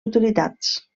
utilitats